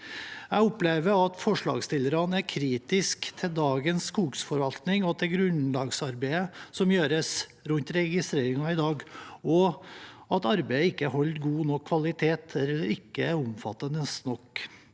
Jeg opplever at forslagsstillerne er kritiske til dagens skogforvaltning og til grunnlagsarbeidet som gjøres rundt registreringen i dag, og mener at arbeidet ikke holder god nok kvalitet eller ikke er omfattende nok.